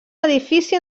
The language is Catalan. edifici